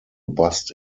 bust